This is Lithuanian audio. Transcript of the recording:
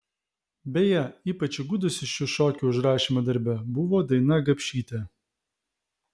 beje ypač įgudusi šių šokių užrašymo darbe buvo daina gapšytė